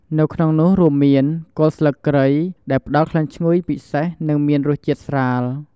នៅក្នុងនោះរួមមាន គល់ស្លឹកគ្រៃ ដែលផ្តល់ក្លិនឈ្ងុយពិសេស និងមានរសជាតិស្រាល។